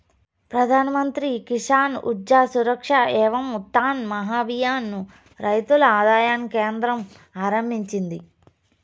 ప్రధాన్ మంత్రి కిసాన్ ఊర్జా సురక్ష ఏవం ఉత్థాన్ మహాభియాన్ ను రైతుల ఆదాయాన్ని కేంద్రం ఆరంభించింది